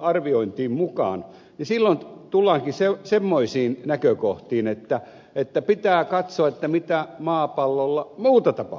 arviointiin mukaan niin silloin tullaankin semmoisiin näkökohtiin että pitää katsoa mitä muuta maapallolla tapahtuu